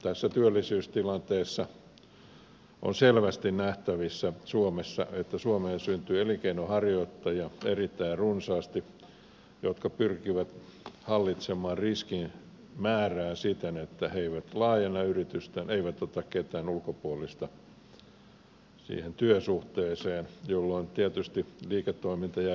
tässä työllisyystilanteessa on selvästi nähtävissä että suomeen syntyy elinkeinonharjoittajia erittäin runsaasti jotka pyrkivät hallitsemaan riskin määrää siten että he eivät laajenna yritystään eivät ota ketään ulkopuolista siihen työsuhteeseen jolloin tietysti liiketoiminta jää pienimuotoiseksi